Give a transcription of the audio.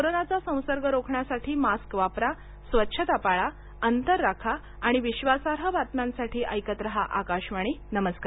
कोरोनाचा संसर्ग रोखण्यासाठी मास्क वापरा स्वच्छता पाळा अंतर राखा आणि विश्वासार्ह बातम्यांसाठी ऐकत रहा आकाशवाणी नमस्कार